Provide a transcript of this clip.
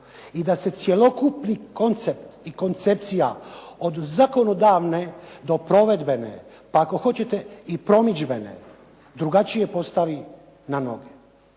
I da se cjelokupni koncept i koncepcija od zakonodavne do provedbene, pa ako hoćete i promidžbene, drugačije postavi na noge.